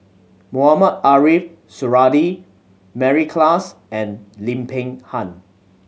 Mohamed Ariff Suradi Mary Klass and Lim Peng Han